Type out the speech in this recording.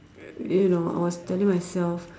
you know I was telling myself